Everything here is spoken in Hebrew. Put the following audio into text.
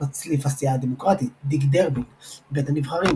מצליף הסיעה הדמוקרטית דיק דרבין בית הנבחרים